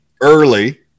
early